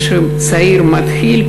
איך שצעיר מתחיל,